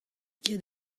ket